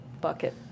bucket